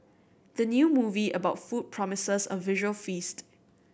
the new movie about food promises a visual feast